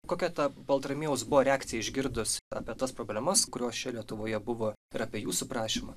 kokia ta baltramiejaus buvo reakcija išgirdus apie tas problemas kurios čia lietuvoje buvo ir apie jūsų prašymą